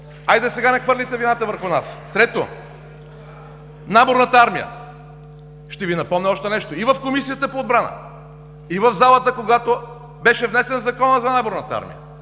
Хайде, сега не хвърляйте вината срещу нас! Трето, за наборната армия. Ще Ви напомня още нещо. И в Комисията по отбрана, и в залата, когато беше внесен Законът за наборна армия,